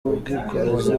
ubwikorezi